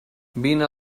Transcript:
vine